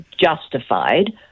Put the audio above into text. justified